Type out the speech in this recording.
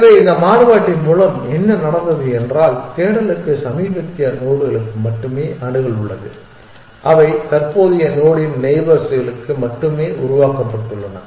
எனவே இந்த மாறுபாட்டின் மூலம் என்ன நடந்தது என்றால் தேடலுக்கு சமீபத்திய நோடுகளுக்கு மட்டுமே அணுகல் உள்ளது அவை தற்போதைய நோடின் நெய்பர்ஸ்களுக்கு மட்டுமே உருவாக்கப்பட்டுள்ளன